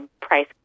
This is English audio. price